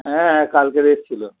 হ্যাঁ হ্যাঁ কালকে দেখছিলো